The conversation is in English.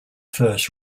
first